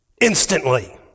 instantly